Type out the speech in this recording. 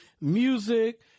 music